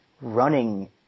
running